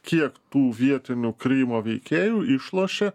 kiek tų vietinių krymo veikėjų išlošė